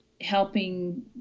helping